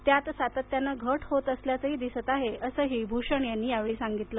त्यात सातत्याने घट होत असल्याचंही दिसत आहे असंही भूषण यांनी सांगितलं